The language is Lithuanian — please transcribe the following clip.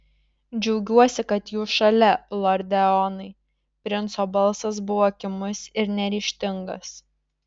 džiaugiuosi kad jūs šalia lorde eonai princo balsas buvo kimus ir neryžtingas